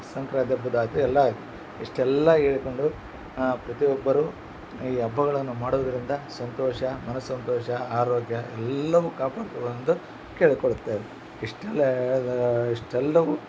ಸಂಕ್ರಾಂತಿ ಹಬ್ಬದಾಯ್ತು ಎಲ್ಲ ಆಯಿತು ಇಷ್ಟೆಲ್ಲ ಹೇಳಿಕೊಂಡು ಪ್ರತಿಯೊಬ್ಬರು ಈ ಹಬ್ಬಗಳನ್ನು ಮಾಡೋದರಿಂದ ಸಂತೋಷ ಮನಸಂತೋಷ ಆರೋಗ್ಯ ಎಲ್ಲವೂ ಕಾಪಾಡ್ಕೊಳ್ಳೊವಂದು ಕೇಳಿಕೊಳ್ಳುತೇನೆ ಇಷ್ಟೆಲ್ಲ ಹೇಳಿದ್ನಲ್ಲ ಇಷ್ಟೆಲ್ಲವು